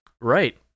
Right